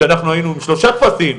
כשאנחנו היינו עם שלושה טפסים,